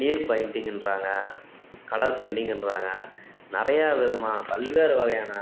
நீர் பெயிண்ட்டிங்கின்றாங்க கலர் பெயிண்ட்டிங்கின்றாங்க நிறையா விதமாக பல்வேறு வகையான